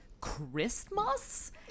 Christmas